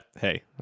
hey